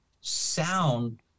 sound